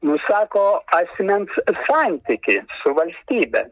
nusako asmens santykį su valstybe